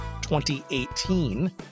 2018